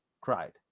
Cried